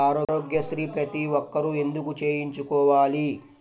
ఆరోగ్యశ్రీ ప్రతి ఒక్కరూ ఎందుకు చేయించుకోవాలి?